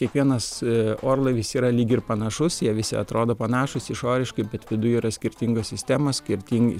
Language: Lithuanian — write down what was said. kiekvienas orlaivis yra lyg ir panašus jie visi atrodo panašūs išoriškai bet viduj yra skirtingos sistemos skirtingi